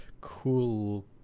cool